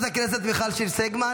המעשים שמיוחסים לאלי, פרסום מסמכים,